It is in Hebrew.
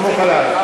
סמוך עלי.